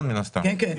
כן.